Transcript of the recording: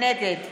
נגד